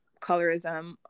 colorism